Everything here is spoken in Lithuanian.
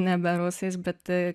nebe rusais bet